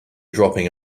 dropping